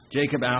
Jacob